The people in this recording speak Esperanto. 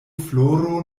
floro